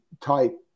type